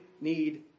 need